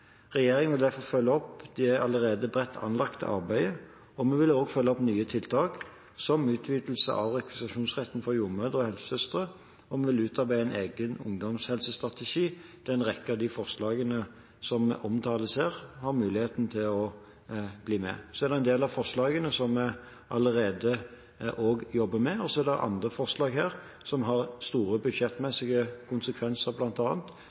Regjeringen vil derfor følge opp det allerede bredt anlagte arbeidet, og vi vil også følge opp nye tiltak, som utvidelse av rekvisisjonsretten for jordmødre og helsesøstre, og vi vil utarbeide en egen ungdomshelsestrategi der en rekke av de forslagene som omtales her, har muligheten til å bli med. Det er en del av forslagene vi allerede også jobber med, og så er det andre forslag her som har store budsjettmessige konsekvenser,